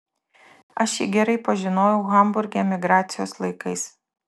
aš jį gerai pažinojau hamburge emigracijos laikais